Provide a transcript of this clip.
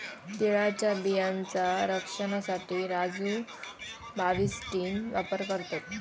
तिळाच्या बियांचा रक्षनासाठी राजू बाविस्टीन वापर करता